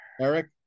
Eric